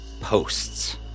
posts